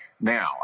now